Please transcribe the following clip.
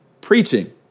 Preaching